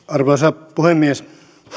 arvoisa puhemies